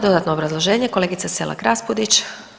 Dodatno obrazloženje kolegice Selak Raspudić.